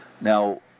Now